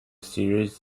series